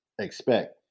expect